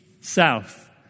south